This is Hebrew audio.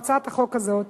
בהצעת החוק הזאת,